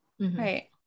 Right